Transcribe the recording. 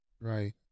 Right